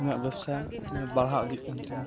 ᱤᱧᱟᱹᱜ ᱵᱮᱵᱽᱥᱟ ᱵᱟᱲᱦᱟᱣ ᱤᱫᱤᱜᱠᱟᱱ ᱛᱤᱧᱟᱹ